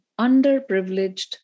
underprivileged